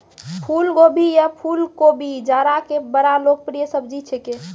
फुलगोभी या फुलकोबी जाड़ा के बड़ा लोकप्रिय सब्जी छेकै